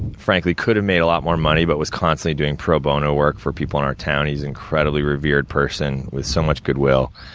frankly could've made a lot more money, but was constantly doing pro bono work for people in our town. he's an incredibly revered person, with so much good will.